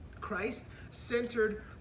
Christ-centered